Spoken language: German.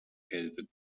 kelvin